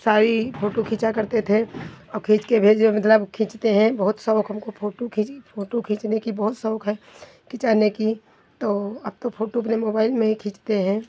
सारी फोटू खींचा करते थे और खींच के भेजो मतलब खींचते हैं बहुत शौक हमको फ़ोटू खींच फोटू खींचने की बहुत शौक है खिंचाने की तो अब तो फोटू अपने मोबाइल में ही खींचते हैं